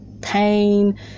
pain